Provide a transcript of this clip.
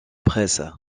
presse